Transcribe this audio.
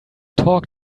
talk